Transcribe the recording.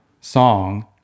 song